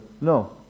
no